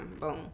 boom